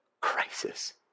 crisis